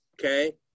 okay